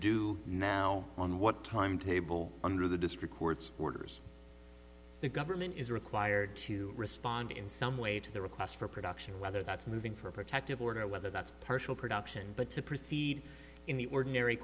do now on what timetable under the district court's orders the government is required to respond in some way to the request for production whether that's moving for a protective order or whether that's partial production but to proceed in the ordinary